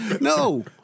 no